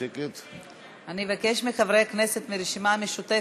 אני מבקשת מחברי הכנסת מהרשימה המשותפת.